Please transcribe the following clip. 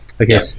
Okay